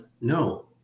no